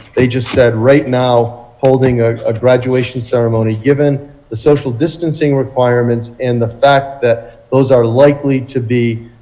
they just said right now only a graduation ceremony given the social distancing requirements and the fact that those are likely to be